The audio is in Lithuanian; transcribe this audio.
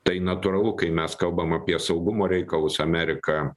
tai natūralu kai mes kalbam apie saugumo reikalus amerika